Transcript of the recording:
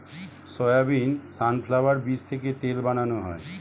soybean, sunflower বীজ থেকে তেল বানানো হয়